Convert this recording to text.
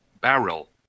Barrel